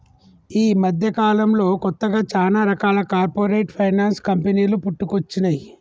యీ మద్దెకాలంలో కొత్తగా చానా రకాల కార్పొరేట్ ఫైనాన్స్ కంపెనీలు పుట్టుకొచ్చినై